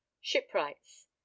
Shipwrights